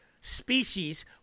species